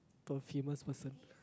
to a famous person